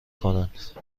کنند